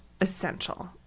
essential